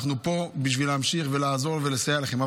אנחנו פה כדי להמשיך לעזור ולסייע לכם.